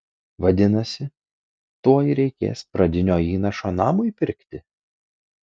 vadinasi tuoj reikės pradinio įnašo namui pirkti